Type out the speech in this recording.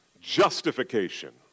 justification